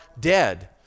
dead